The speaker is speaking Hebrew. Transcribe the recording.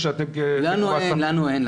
לנו אין.